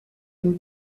une